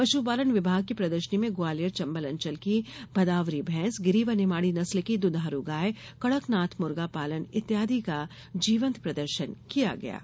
पशुपालन विभाग की प्रदर्शनी में ग्वालियर चंबल अंचल की भदावरी भैंस गिरि व निमाड़ी नस्ल की दुधारू गाय कड़कनाथ मुर्गा पालन इत्यादि का जीवंत प्रदर्शन किया गया है